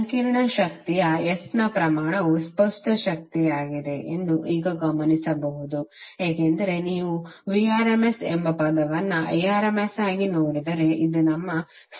ಸಂಕೀರ್ಣ ಶಕ್ತಿಯ S ನ ಪ್ರಮಾಣವು ಸ್ಪಷ್ಟ ಶಕ್ತಿಯಾಗಿದೆ ಎಂದು ಈಗ ಗಮನಿಸಬಹುದು ಏಕೆಂದರೆ ನೀವು Vrms ಎಂಬ ಪದವನ್ನು Irms ಆಗಿ ನೋಡಿದರೆ ಇದು ನಮ್ಮ ಸ್ಪಷ್ಟ ಶಕ್ತಿapparent power